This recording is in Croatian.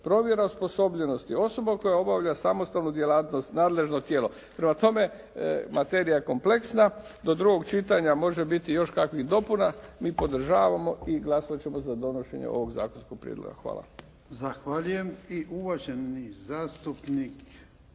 provjera osposobljenosti. Osoba koja obavlja samostalnu djelatnost, nadležno tijelo. Prema tome materija je kompleksna. Do drugog čitanja može biti još kakvih dopuna. Mi podržavamo i glasat ćemo za donošenje ovog zakonskog prijedloga. Hvala.